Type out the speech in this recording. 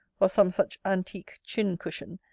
or some such antique chin-cushion,